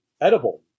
edible